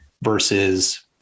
versus